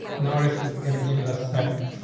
noticed it's gonna give us setting.